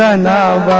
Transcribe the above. ah now